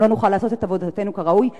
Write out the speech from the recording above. גם לא נוכל לעשות את עבודתנו כראוי,